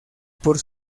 por